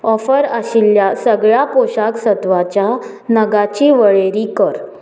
offer आशिल्ल्या सगळ्या पोशाक सत्वाच्या नगाची वळेरी कर